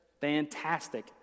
fantastic